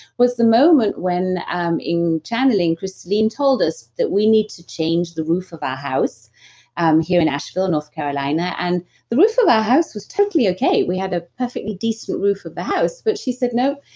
was the moment when um in channeling, christallin told us that we need to change the roof of our house um here in asheville, north carolina. and the roof of our house was totally okay. we had a perfectly decent roof of a house, but she said, no,